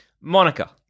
Monica